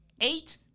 Eight